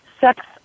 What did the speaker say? sex